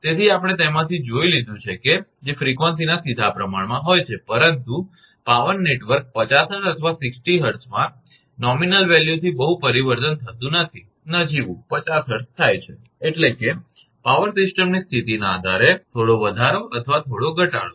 તેથી આપણે તેમાંથી જોઇ લીધું છે જે ફ્રિકવન્સીના સીધા પ્રમાણમાં હોય છે પરંતુ પાવર નેટવર્ક 50 𝐻𝑧 અથવા 60 𝐻𝑧 માં નજીવા મૂલ્યથી બહુ પરિવર્તન થતું નથી નજીવું 50𝐻𝑧 થાય છે એટલે કે પાવર સિસ્ટમની સ્થિતિના આધારે થોડો વધારો અથવા થોડો ઘટાડો